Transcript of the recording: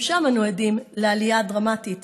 גם שם אנו עדים לעלייה דרמטית